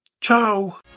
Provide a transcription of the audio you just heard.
Ciao